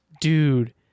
dude